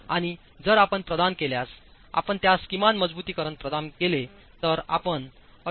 आणि जर आपण प्रदान केल्यास आपण त्यास किमान मजबुतीकरण प्रदान केले तर आपण 2